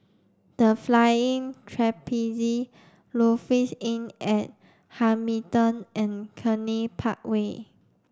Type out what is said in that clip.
The Flying Trapeze Lofi Inn at Hamilton and Cluny Park Way